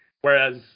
Whereas